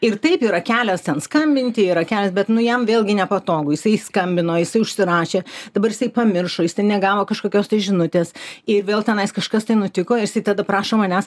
ir taip yra kelias ten skambinti yra kelias bet nu jam vėlgi nepatogu jisai skambino jisai užsirašė dabar jisai pamiršo jis ten negavo kažkokios tai žinutės ir vėl tenai kažkas tai nutiko ir jisai tada prašo manęs